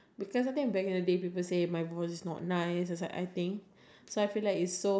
we have to do everything yourself so is kind of boring I mean I like the